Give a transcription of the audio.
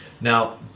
Now